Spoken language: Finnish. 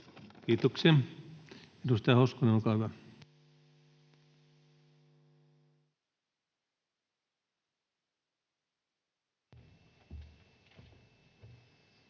Kiitoksia. — Edustaja Hoskonen, olkaa hyvä.